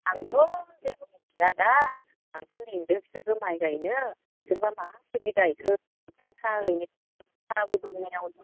आंथ' जेबो मिथिया दा आंथ' लिंदो इसोरखो माइ गायनो इसोरबा माबायदि गायखो साहा हैनो साहा फुदुंनायाव